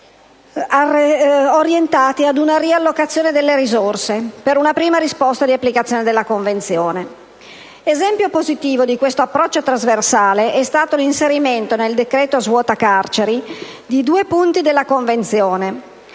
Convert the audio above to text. orientati ad una riallocazione delle risorse per una prima risposta di applicazione della Convenzione. Esempio positivo di questo approccio trasversale è stato l'inserimento nel decreto svuota carceri di due punti della Convenzione: